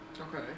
okay